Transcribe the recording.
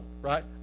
right